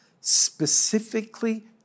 specifically